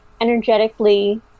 Energetically